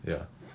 ya